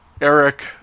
Eric